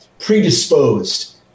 predisposed